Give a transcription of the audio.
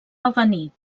avenir